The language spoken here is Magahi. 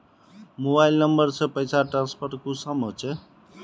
मोबाईल नंबर से पैसा ट्रांसफर कुंसम होचे?